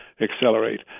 accelerate